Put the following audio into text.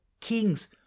kings